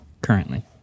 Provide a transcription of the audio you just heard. Currently